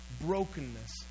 brokenness